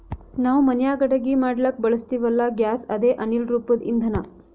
ನಾವ್ ಮನ್ಯಾಗ್ ಅಡಗಿ ಮಾಡ್ಲಕ್ಕ್ ಬಳಸ್ತೀವಲ್ಲ, ಗ್ಯಾಸ್ ಅದೇ ಅನಿಲ್ ರೂಪದ್ ಇಂಧನಾ